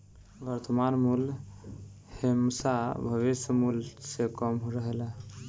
वर्तमान मूल्य हेमशा भविष्य मूल्य से कम रहेला